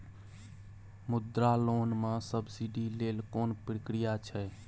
मुद्रा लोन म सब्सिडी लेल कोन प्रक्रिया छै?